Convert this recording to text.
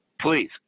Please